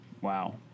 Wow